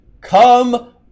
come